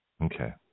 Okay